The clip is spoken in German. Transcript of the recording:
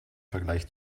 vergleich